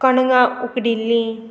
कणगां उकडिल्लीं